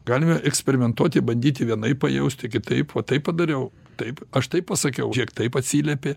galime eksperimentuoti bandyti vienaip pajausti kitaip vat taip padariau taip aš taip pasakiau kiek taip atsiliepė